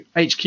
HQ